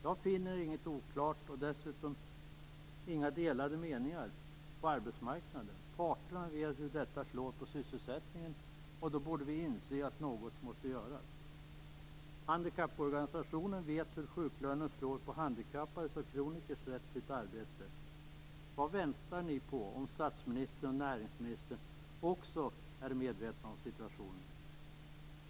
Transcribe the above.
Jag finner inget oklart, och dessutom inga delade meningar på arbetsmarknaden. Parterna vet hur detta slår på sysselsättningen, och vi borde inse att något måste göras. Handikapporganisationerna vet hur sjuklöneperioden slår på handikappades och kronikers rätt till ett arbete. Vad väntar ni på - om statsministern och näringsministern också är medvetna om situationen?